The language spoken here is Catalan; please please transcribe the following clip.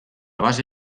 base